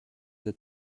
the